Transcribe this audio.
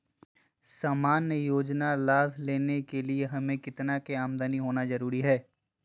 सामान्य योजना लाभ लेने के लिए हमें कितना के आमदनी होना जरूरी है?